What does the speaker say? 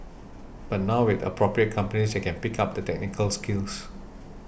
but now with appropriate companies they can pick up the technical skills